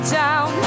down